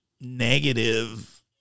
negative